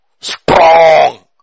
Strong